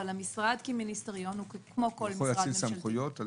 אבל המשרד כמיניסטריון הוא כמו כל משרד ממשלתי.